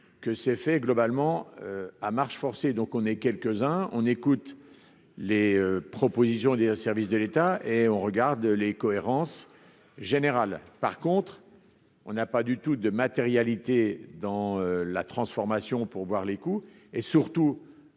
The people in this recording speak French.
que c'est fait globalement à marche forcée, donc on est quelques-uns, on écoute les propositions des services de l'État et on regarde les cohérence générale, par contre, on n'a pas du tout de matérialité dans la transformation pour voir les coûts et surtout